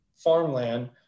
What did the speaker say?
farmland